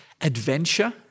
adventure